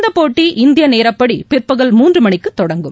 இந்தப் போட்டி இந்தியநேரப்படிபிற்பகல் மூன்றுமணிக்குதொடங்கும்